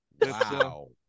Wow